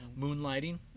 Moonlighting